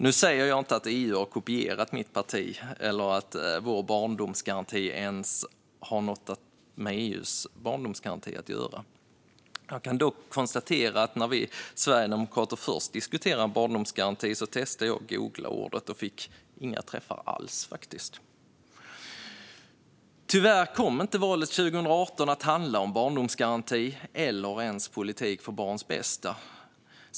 Nu säger jag inte att EU har kopierat mitt partis idé eller att vår barndomsgaranti ens har något med EU:s barndomsgaranti att göra. Jag kan dock konstatera att när vi sverigedemokrater först diskuterade en barndomsgaranti testade jag att googla ordet och fick inga träffar alls. Tyvärr kom inte valet 2018 att handla om barndomsgaranti eller ens om politik för barns bästa.